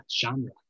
genre